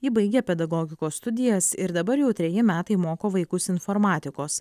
ji baigė pedagogikos studijas ir dabar jau treji metai moko vaikus informatikos